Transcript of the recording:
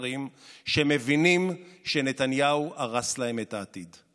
יקרים שמבינים שנתניהו הרס להם את העתיד.